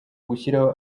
gushyiraho